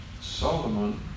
Solomon